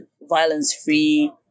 violence-free